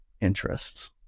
interests